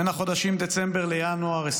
בין החודשים דצמבר לינואר 2024,